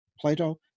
Plato